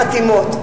חתימות.